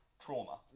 trauma